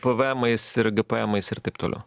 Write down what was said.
pėvėemais ir gėpėemais ir taip toliau